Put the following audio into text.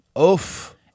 Oof